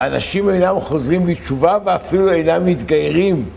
אנשים אינם חוזרים בתשובה ואפילו אינם מתגיירים.